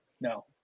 No